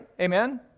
Amen